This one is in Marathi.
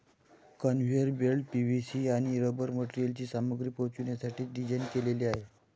कन्व्हेयर बेल्ट्स पी.व्ही.सी आणि रबर मटेरियलची सामग्री पोहोचवण्यासाठी डिझाइन केलेले आहेत